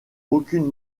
aucune